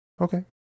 okay